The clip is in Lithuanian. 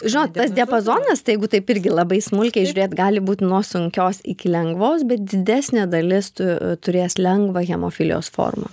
žinot tas diapazonas tai jeigu taip irgi labai smulkiai žiūrėt gali būt nuo sunkios iki lengvos bet didesnė dalis tų turės lengvą hemofilijos formą